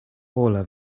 pola